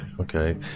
okay